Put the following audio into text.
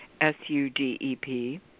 S-U-D-E-P